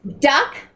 Duck